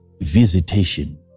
visitation